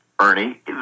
Ernie